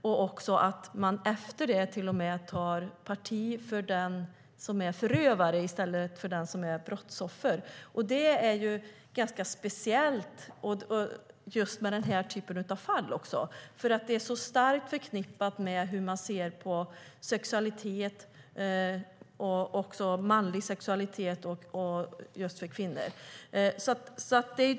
Men efter dessa domar tar man till och med parti för den som är förövare i stället för den som är brottsoffer. Det är ganska speciellt i denna typ av fall. Dessa fall är så starkt förknippade med hur man ser på manlig och kvinnlig sexualitet.